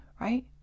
right